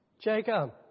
Jacob